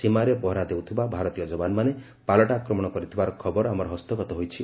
ସୀମାରେ ପହରା ଦେଉଥିବା ଭାରତୀୟ ଯବାନମାନେ ପାଲଟା ଆକ୍ରମଣ କରିଥିବାର ଖବର ଆମର ହସ୍ତଗତ ହୋଇଛି